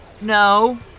No